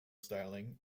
styling